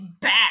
back